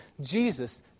Jesus